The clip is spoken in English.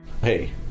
Hey